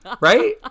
Right